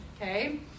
okay